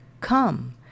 Come